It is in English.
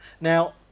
Now